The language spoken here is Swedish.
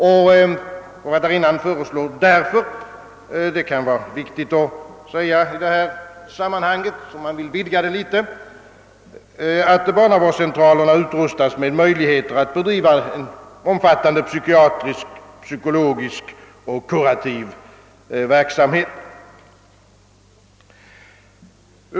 Författarinnan föreslår därför — och det kan vara viktigt att framhålla detta i sammanhanget, om man vill vidga diskussionen litet — att barnavårdscentralerna utrustas med möjligheter att bedriva omfattande psykiatrisk, psykologisk och kurativ verksamhet.